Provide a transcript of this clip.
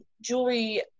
jewelry